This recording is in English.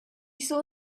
saw